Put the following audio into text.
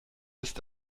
ist